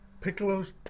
Piccolos